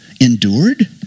endured